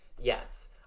Yes